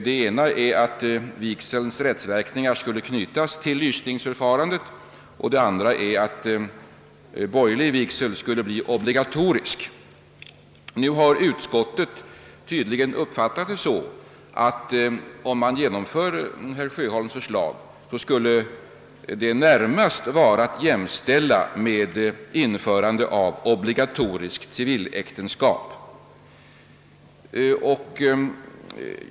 Det ena är att vigselns rättsverkningar skall knytas till lysningsförfarandet och det andra att borgerlig vigsel skall bli obligatorisk. Utskottet har uppfattat saken så att om man genomför herr Sjöholms förslag, skulle detta närmast vara att jämställa med införandet av obligatoriskt civiläktenskap.